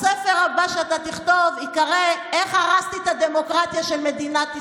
הספר הבא שאתה תכתוב ייקרא "איך הרסתי את הדמוקרטיה של מדינת ישראל".